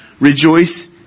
Rejoice